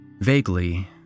Vaguely